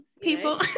people